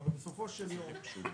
בסך הכול משרד קטן וזניח, למה צריך שר?